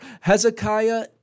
Hezekiah